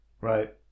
right